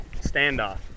standoff